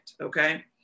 okay